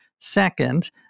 second